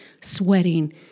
sweating